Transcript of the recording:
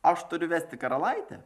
aš turiu vesti karalaitę